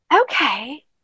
okay